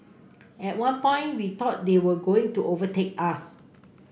at one point we thought they were going to overtake us